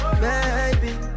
baby